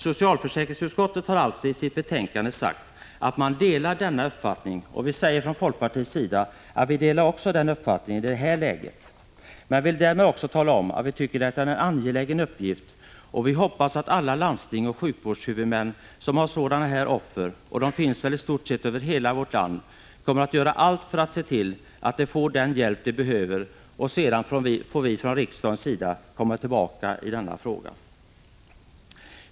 Socialförsäkringsutskottet har alltså i sitt betänkande sagt sig dela denna uppfattning. Vi säger från folkpartiets sida att också vi delar denna uppfattning i det här läget, men vi vill därmed också tala om att vi tycker att detta är en angelägen uppgift. Vi hoppas att alla landsting och sjukvårdshuvudmän som har sådana här offer, och de finns väl i stort sett över hela vårt land, kommer att göra allt för att se till att de får den hjälp de behöver. Sedan får vi från riksdagens sida komma tillbaka i denna fråga.